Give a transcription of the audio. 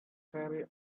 cherry